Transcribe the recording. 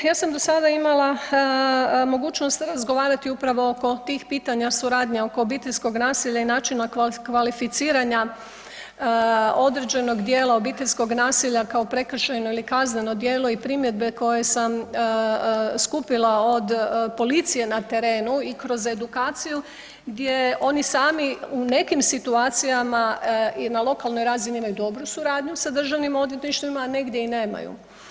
Ja sam do sada imala mogućnost razgovarati upravo oko tih pitanja suradnje oko obiteljskog nasilja i načina kvalificiranja određenog dijela obiteljskog nasilja kao prekršajno ili kazneno djelo, i primjedbe koje sam skupila od policije na terenu i kroz edukaciju gdje oni sami u nekim situacijama i na lokalnoj razini imaju dobru suradnju sa Državnim odvjetništvima, a negdje i nemaju.